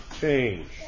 change